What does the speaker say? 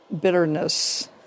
bitterness